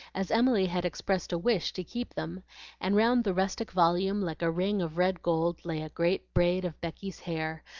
as emily had expressed a wish to keep them and round the rustic volume, like a ring of red gold, lay a great braid of becky's hair,